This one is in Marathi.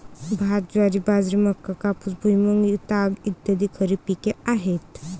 भात, ज्वारी, बाजरी, मका, कापूस, भुईमूग, ताग इ खरीप पिके आहेत